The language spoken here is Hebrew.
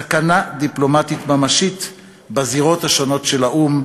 סכנה דיפלומטית ממשית בזירות השונות של האו"ם,